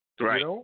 Right